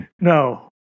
No